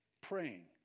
praying